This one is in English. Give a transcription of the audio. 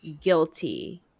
guilty